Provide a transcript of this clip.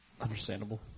Understandable